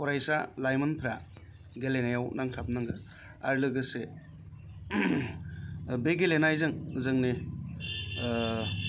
फरायसा लाइमोनफ्रा गेलेनायाव नांथाब नांगौ आरो लोगोसे बे गेलेनायजों जोंनि